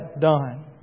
done